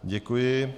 Děkuji.